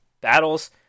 battles